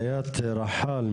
איאת רחאל,